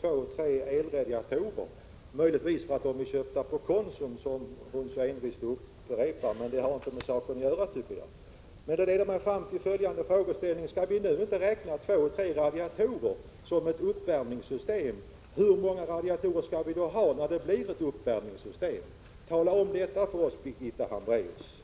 två tre elradiatorer — möjligen gör hon det för att de är köpta på Konsum, vilket hon envist upprepar trots att det inte har med saken att göra. Det leder mig fram till frågan: Skall vi inte räkna två tre radiatorer som ett uppvärmningssystem? Hur många radiatorer måste vi ha innan det blir ett uppvärmningssystem? Tala om det för oss, Birgitta Hambraeus!